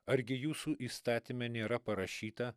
argi jūsų įstatyme nėra parašyta